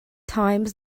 times